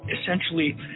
essentially